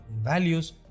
values